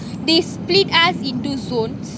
the split us into zones